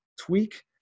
tweak